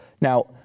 Now